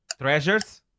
Treasures